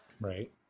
right